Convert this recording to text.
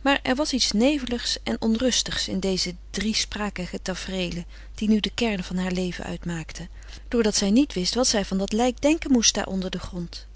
maar er was iets neveligs en onrustigs in deze driesprakige tafreelen die nu de kern van haar leven uitmaakten doordat zij niet wist wat zij van dat lijk denken moest daar onder den grond